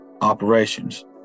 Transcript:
operations